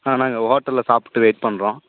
ஆ நாங்கள் ஹோட்டல்ல சாப்பிட்டு வெயிட் பண்ணுறோம்